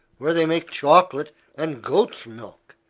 where they make chocolate and goat's milk,